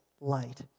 light